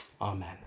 amen